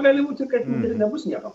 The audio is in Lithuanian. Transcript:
gali būti kad ir nebus nieko